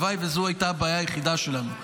הלוואי שזו הייתה הבעיה היחידה שלנו.